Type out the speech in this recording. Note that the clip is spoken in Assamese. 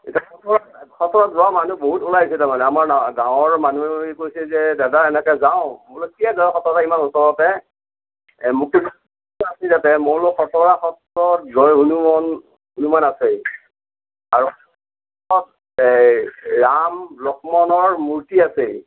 এতিয়া সত্ৰত সত্ৰত যোৱা মানুহ বহুত ওলাইছে তাৰ মানে আমাৰ গাঁৱৰ গাঁৱৰ মানুহে কৈছে যে দাদা এনেকে যাওঁ মই বোলো কিয় যাৱ খটৰা ইমান ওচৰতে মই বোলো খটৰা সত্ৰ জয় হনুমন হনুমান আছে আৰু এই ৰাম লক্ষ্মণৰ মূৰ্তি আছে